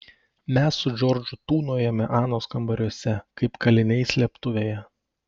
mes su džordžu tūnojome anos kambariuose kaip kaliniai slėptuvėje